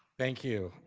thank you.